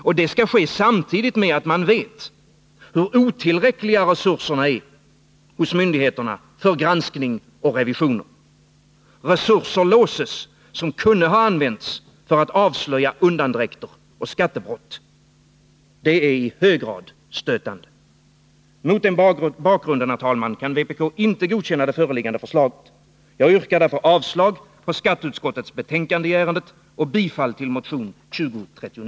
Och det skall ske samtidigt med att vi vet hur otillräckliga resurserna hos myndigheterna är för granskning och revisioner. Resurser låses som kunde ha använts för att avslöja undandräkter och skattebrott. Det är i hög grad stötande. Mot den här bakgrunden, herr talman, kan vpk inte godkänna det föreliggande förslaget: Jag yrkar därför avslag på skatteutskottets hemställan Nr 117